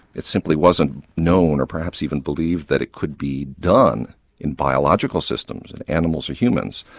it simply wasn't known, or perhaps even believed, that it could be done in biological systems, in animals or humans.